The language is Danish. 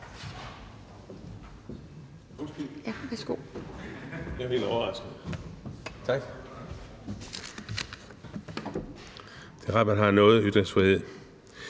Det er rart, man har noget ytringsfrihed.